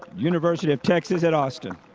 university of texas at austin.